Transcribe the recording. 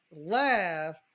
laugh